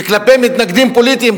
וכלפי מתנגדים פוליטיים,